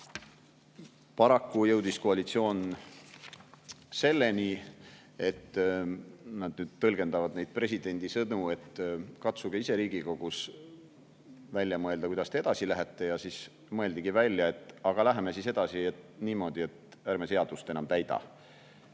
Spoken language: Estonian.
Paraku jõudis koalitsioon selleni, et nad hakkasid tõlgendama presidendi sõnu, et katsuge ise Riigikogus välja mõelda, kuidas te edasi lähete, ja siis mõeldigi välja, et läheme edasi niimoodi, et ärme seadust enam täida.